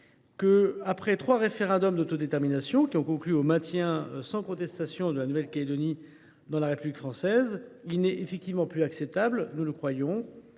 qu’après trois référendums d’autodétermination ayant conclu au maintien sans contestation de la Nouvelle Calédonie dans la République française, il n’est plus acceptable, d’un point